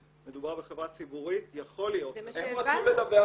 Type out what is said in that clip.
שמדובר בחברה ציבורית יכול להיות -- זה מה שהבנו פה.